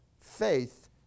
faith